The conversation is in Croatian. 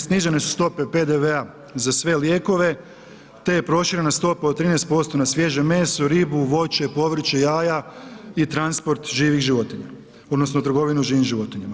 Snižene su stope PDV-a za sve lijekove te je proširena stopa od 13% na svježe meso, ribu, voće, povrće, jaja i transport živih životinja odnosno trgovinu živim životinjama.